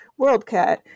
WorldCat